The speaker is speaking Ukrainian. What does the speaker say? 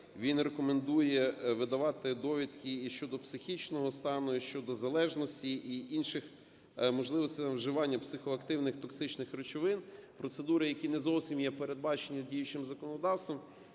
Він рекомендує видавати довідки і щодо психічного стану, і щодо залежності, і інших можливостей вживання психоактивних токсичних речовин - процедури, які не зовсім є передбачені діючим законодавством.